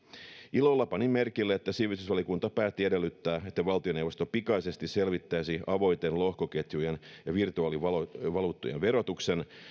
ilolla panin merkille että sivistysvaliokunta päätti edellyttää että valtioneuvosto pikaisesti selvittäisi avointen lohkoketjujen ja virtuaalivaluuttojen verotuksen